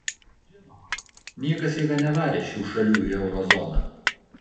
žinoma niekas jėga nevarė šių šalių į euro zoną